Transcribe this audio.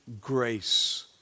grace